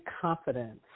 confidence